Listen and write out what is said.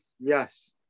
yes